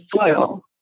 soil